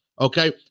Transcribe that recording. okay